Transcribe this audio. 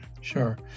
Sure